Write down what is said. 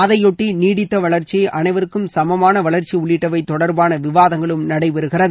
அதைபொட்டி நீடித்த வளர்ச்சி அனைவருக்கும் சமமான வளர்ச்சி உள்ளிட்டவை தொடர்பான விவாதங்களும் நடைபெறுகிறது